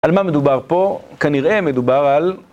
על מה מדובר פה? כנראה מדובר על